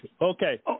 Okay